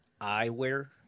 eyewear